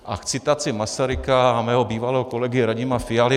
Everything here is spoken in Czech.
A k citaci Masaryka a mého bývalého kolegy Radima Fialy.